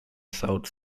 sault